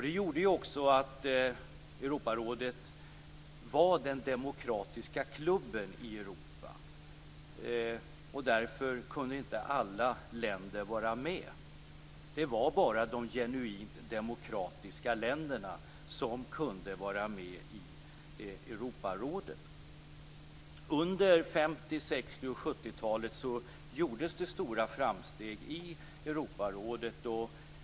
Det gjorde att Europarådet var den demokratiska klubben i Europa. Därför kunde inte alla länder vara med. Det var bara de genuint demokratiska länderna som kunde vara med i Europarådet. Under 50-, 60 och 70-talen gjordes det stora framsteg i Europarådet.